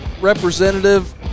representative